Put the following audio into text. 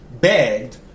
begged